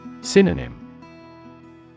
Synonym